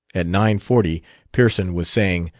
at nine-forty pearson was saying,